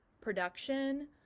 production